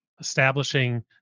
establishing